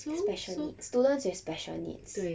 special needs students with special needs